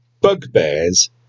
bugbears